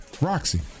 Roxy